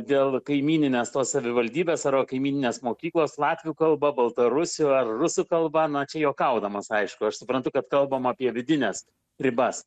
dėl kaimyninės savivaldybės kaimyninės mokyklos latvių kalba baltarusių ar rusų kalba na čia juokaudamas aišku aš suprantu kad kalbama apie vidines ribas